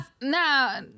Now